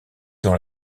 dans